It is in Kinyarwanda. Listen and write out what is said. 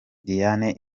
diane